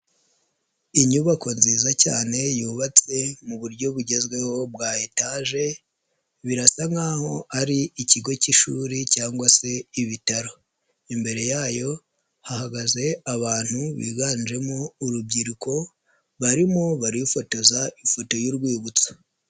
Inyubako nziza cyane yubatse mu buryo bugezweho bwa etage, birasa nkaho ari ikigo cy'ishuri cyangwa se ibitaro, imbere yayo hahagaze abantu biganjemo urubyiruko barimo barifotoza ifoto y'urwibutso.